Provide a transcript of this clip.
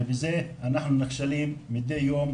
ובזה אנחנו נכשלים מדי יום,